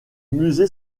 musée